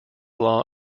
law